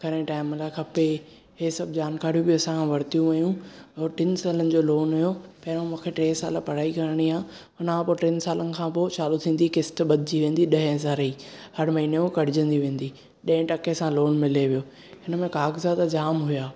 घणे टाइम लाए खपे हे सभु जानकारियूं बि असां खां वरतियूं हुयूं हो टिन सालनि जो लोन हुयो पहिरियों मूंखे टे साल पढ़ाई करणी आ हुन खां पो टिनि सालनि खां पो चालू थींदी किश्त ॿधजी वेंदी ॾहें हज़ारे जी हर महीने हूअ कटजी वेंदी ॾह टके सां लोन मिले पियो हिन में काग़ज़ात जाम हुआ